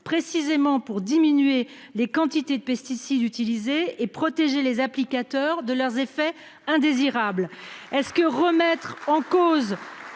précisément pour diminuer les quantités de pesticides utilisés et protéger les applicateurs de leurs effets indésirables. Est-ce que remettre en cause